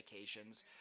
medications